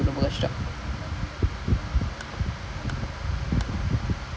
oh ya because you have to like mentally அவங்க:avanga translate பண்ணிட்டு அப்புறம்:pannittu appuram type பண்ணனும்:pannanum